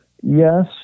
Yes